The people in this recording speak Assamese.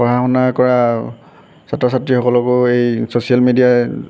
পঢ়া শুনা কৰা ছাত্ৰ ছাত্ৰীসকলকো এই ছ'চিয়েল মেডিয়াই